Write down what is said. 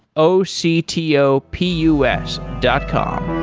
o c t o p u s dot com